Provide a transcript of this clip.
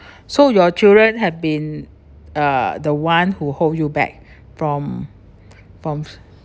so your children have been uh the one who hold you back from from